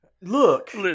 look